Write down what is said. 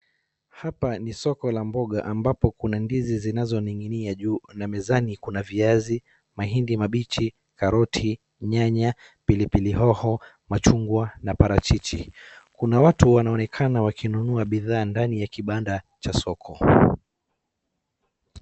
Hapa ni soko la mboga ambapo kuna ndizi zinazoning'inia juu na mezani kuna viazi, mahindi mabichi, karoti, nyanya, pilipili hoho, machungwa na parachichi. Kuna watu wanaonekana wakinunua bidhaa ndani ya kibanda cha soko.